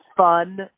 Fun